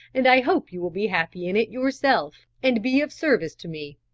and i hope you will be happy in it yourself, and be of service to me.